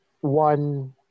one